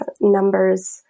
numbers